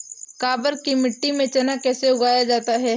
काबर मिट्टी में चना कैसे उगाया जाता है?